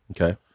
Okay